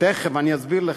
תכף אסביר לך.